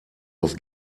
auf